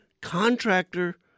contractor